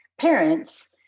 parents